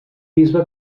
bisbe